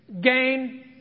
Gain